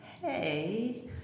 hey